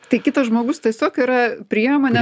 tai kitas žmogus tiesiog yra priemonė